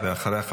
ואחריה,